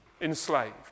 Enslaved